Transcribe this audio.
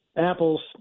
Apples